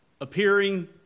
appearing